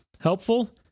Helpful